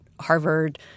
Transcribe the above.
Harvard